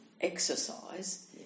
exercise